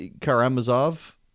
Karamazov